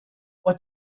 what